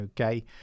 okay